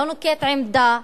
לא נוקט עמדה,